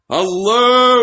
Hello